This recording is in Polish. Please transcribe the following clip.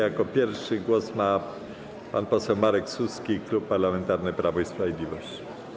Jako pierwszy głos ma pan poseł Marek Suski, Klub Parlamentarny Prawo i Sprawiedliwość.